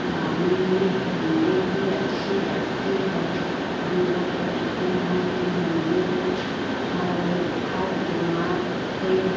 माने में हिन्दी ही अच्छी लगती है हम लोग सोचते हैं कि हिन्दी हर हर दिमाग़ से